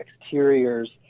exteriors